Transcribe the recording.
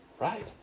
right